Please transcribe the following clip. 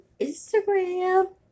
Instagram